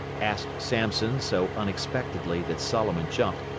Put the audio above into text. asked sampson, so unexpectedly that solomon jumped,